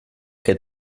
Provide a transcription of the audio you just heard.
que